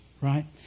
right